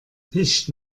nicht